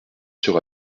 sur